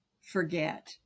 forget